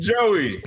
Joey